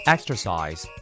Exercise